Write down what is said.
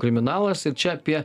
kriminalas ir čia apie